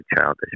childish